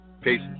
Peace